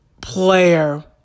player